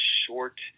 short